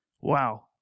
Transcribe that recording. Wow